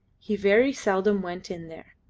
he very seldom went in there.